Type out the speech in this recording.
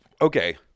Okay